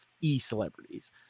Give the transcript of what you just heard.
e-celebrities